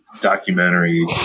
documentary